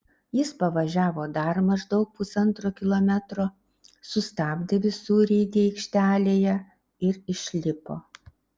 jis pavažiavo dar maždaug pusantro kilometro sustabdė visureigį aikštelėje ir išlipo